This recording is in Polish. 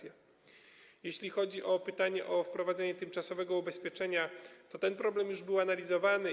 Jeśli chodzi o pytanie dotyczące wprowadzenia tymczasowego ubezpieczenia, to ten problem był już analizowany.